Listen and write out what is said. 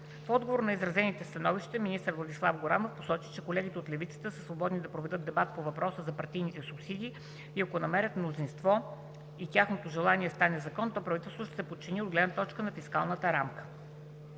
В отговор на изразените становища министър Владислав Горанов посочи, че колегите от левицата са свободни да проведат дебат по въпроса за партийните субсидии и ако намерят мнозинство и тяхното желание стане закон, то правителството ще се подчини от гледна точка на фискалната рамка.